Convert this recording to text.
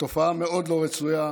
תופעה מאוד לא רצויה,